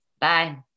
bye